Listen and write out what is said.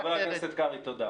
חבר הכנסת קרעי, תודה.